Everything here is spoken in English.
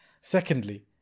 Secondly